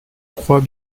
crois